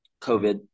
COVID